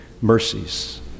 mercies